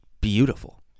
beautiful